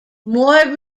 more